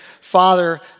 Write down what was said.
father